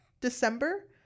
December